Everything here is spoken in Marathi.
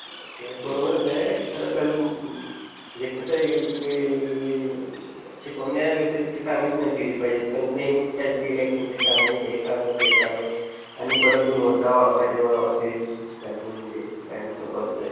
ते बरोबरच आहे खरंतर जे कसं आहे ते शिकवण्या व्यतिरिक्त कामच नाही दिली पाहिजेत पण नेहमीच कायतरी इलेक्शनचे कामं हे कामं ते कामं आणि परत गुणवत्ता वाढवा ते वाढवा ते शिक्षकांचं म्हणजे कायम चालू असतं आहे